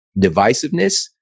divisiveness